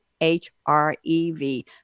H-R-E-V